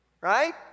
Right